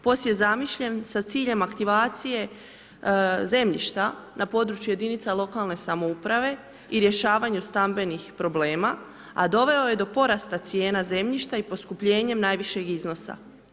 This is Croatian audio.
POS je zamišljen sa ciljem aktivacije zemljišta na području jedinica lokalne samouprave i rješavanju stambenih problema, a doveo je do porasta cijena zemljišta i poskupljenjem najvišeg iznosa.